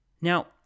Now